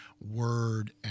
word